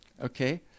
Okay